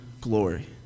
glory